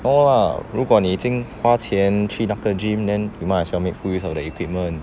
no ah 如果你已经花钱去那个 gym then you might as well make full use of the equipment